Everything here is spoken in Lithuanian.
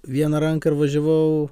vieną ranką ir važiavau